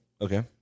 Okay